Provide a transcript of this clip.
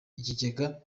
ikigega